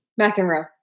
McEnroe